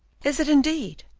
is it, indeed?